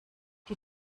die